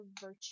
virtue